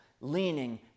leaning